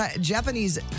Japanese